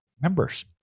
members